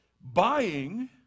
Buying